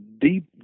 deep